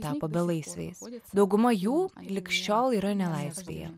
tapo belaisviais dauguma jų lig šiol yra nelaisvėje